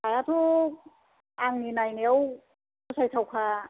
हायाथ' आंनि नायनायाव फसायथावखा